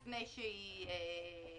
לפני שהיא